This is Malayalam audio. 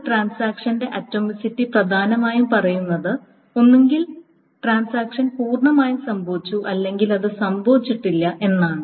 ഒരു ട്രാൻസാക്ഷന്റെ ആറ്റോമസിറ്റി പ്രധാനമായും പറയുന്നത് ഒന്നുകിൽ ട്രാൻസാക്ഷൻ പൂർണ്ണമായും സംഭവിച്ചു അല്ലെങ്കിൽ അത് സംഭവിച്ചിട്ടില്ല എന്നാണ്